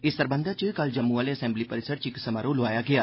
इस सरबंधी च कल जम्मू आहले असैम्बली परिसर च इक समारोह लोआया गेआ